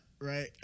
right